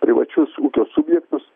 privačius ūkio subjektus